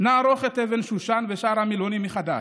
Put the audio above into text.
נערוך את אבן-שושן ואת שאר המילונים מחדש.